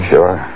Sure